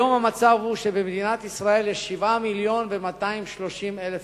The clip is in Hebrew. היום המצב הוא שבמדינת ישראל יש 7 מיליון ו-230,000 אזרחים.